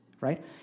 right